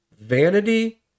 vanity